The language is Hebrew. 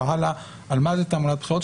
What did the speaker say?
על מה זה תעמולת בחירות,